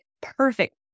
perfect